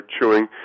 chewing